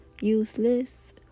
useless